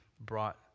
brought